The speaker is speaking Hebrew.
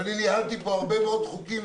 ניהלתי פה הרבה מאוד חוקים,